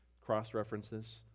cross-references